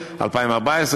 2014,